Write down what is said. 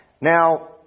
Now